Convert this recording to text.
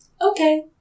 Okay